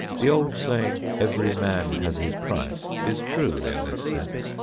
the old saying, every man has his price, is true in this sense,